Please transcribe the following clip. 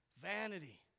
Vanity